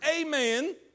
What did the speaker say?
amen